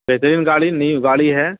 بہترین گاڑی نیو گاڑی ہے